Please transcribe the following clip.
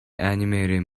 animated